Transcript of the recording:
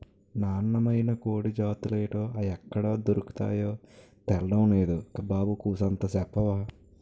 నాన్నమైన కోడి జాతులేటో, అయ్యెక్కడ దొర్కతాయో తెల్డం నేదు బాబు కూసంత సెప్తవా